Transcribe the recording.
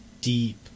deep